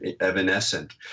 evanescent